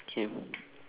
keep